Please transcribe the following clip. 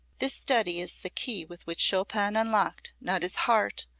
this study is the key with which chopin unlocked not his heart,